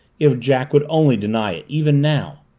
if jack would only deny it even now!